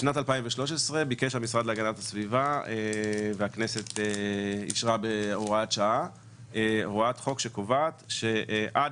בשנת 2013 אישרה הכנסת הוראת חוק שקובעת שעד